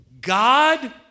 God